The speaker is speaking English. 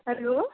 hello